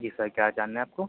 جی sir کیا جاننا ہے آپ کو